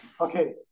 Okay